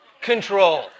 control